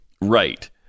Right